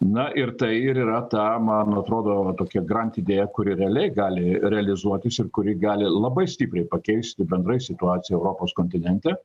na ir tai ir yra ta man atrodo tokia grand idėja kuri realiai gali realizuotis ir kuri gali labai stipriai pakeisti bendrai situaciją europos kontinente